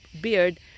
beard